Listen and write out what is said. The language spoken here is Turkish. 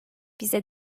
bize